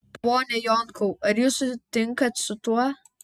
pone jonkau ar jūs sutinkat su tuo